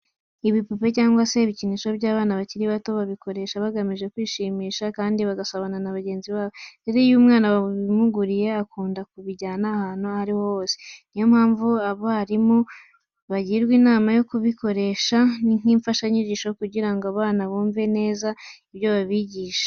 Ibipupe cyangwa se ibikinisho by'abana bakiri bato babikoresha bagamije kwishima kandi bagasabana na bagenzi babo. Rero, iyo umwana babimuguriye akunda kubijyana ahantu aho ari ho hose. Ni yo mpamvu abarimu bagirwa inama yo kubikoresha nk'imfashanyigisho kugira ngo abana bumve neza ibyo babigisha.